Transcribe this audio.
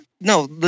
no